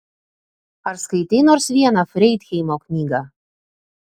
ar skaitei nors vieną freidheimo knygą